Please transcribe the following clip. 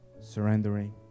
surrendering